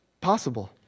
Possible